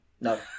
No